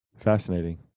fascinating